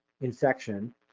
infection